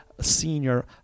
senior